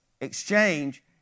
exchange